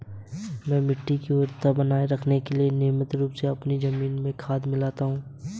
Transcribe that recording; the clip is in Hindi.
मैं मिट्टी की उर्वरता बनाए रखने के लिए नियमित रूप से अपनी जमीन में खाद मिलाता हूं